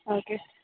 okay